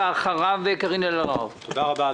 תודה רבה,